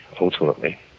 ultimately